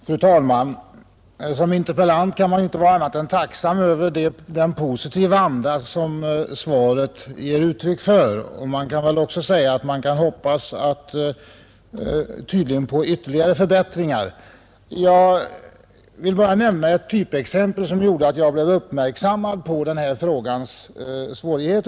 Fru talman! Som interpellant kan man inte vara annat än tacksam över den positiva anda som svaret ger uttryck för. Man kan tydligen också hoppas på ytterligare förbättringar. Jag vill anföra ett typexempel som gjorde att jag blev uppmärksam Nr 69 mad på denna fråga.